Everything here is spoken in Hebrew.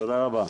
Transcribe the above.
תודה רבה.